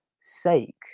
sake